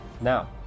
Now